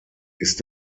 ist